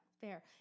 Fair